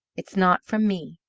it's not from me.